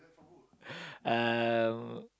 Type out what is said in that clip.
um